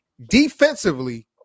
defensively